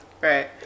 Right